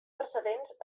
precedents